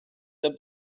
der